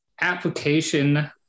application